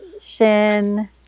shin